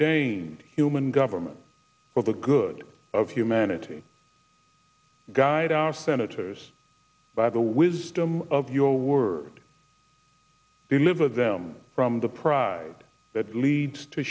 ordained human government for the good of humanity guide our senators by the wisdom of your word deliver them from the pride that leads to